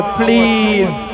please